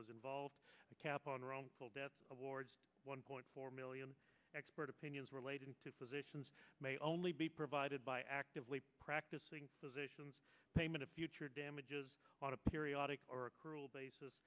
was involved the cap on wrongful death awards one point four million expert opinions relating to physicians may only be provided by actively practicing physicians payment of future damages on a periodic or accrual basis